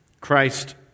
Christ